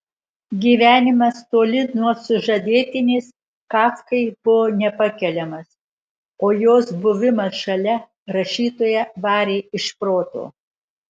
gyvenimas toli nuo sužadėtinės kafkai buvo nepakeliamas o jos buvimas šalia rašytoją varė iš proto